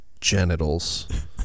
genitals